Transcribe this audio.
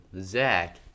Zach